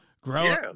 Growing